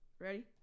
Ready